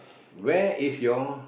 where is your